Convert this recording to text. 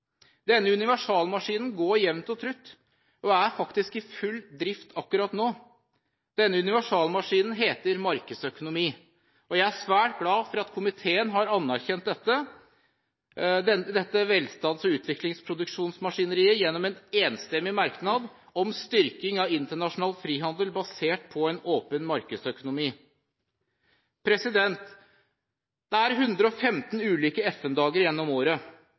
Denne universalmaskinen går jevnt og trutt og er faktisk i full drift akkurat nå. Denne universalmaskinen heter markedsøkonomi. Jeg er svært glad for at komiteen har anerkjent dette velstands- og utviklingsproduksjonsmaskineriet gjennom en enstemmig merknad om styrking av internasjonal frihandel basert på en åpen markedsøkonomi. De er 115 ulike FN-dager gjennom året.